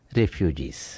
refugees